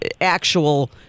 actual